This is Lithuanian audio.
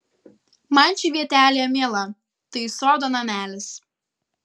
man ši vietelė miela tai sodo namelis